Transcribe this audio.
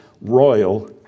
royal